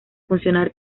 funcionar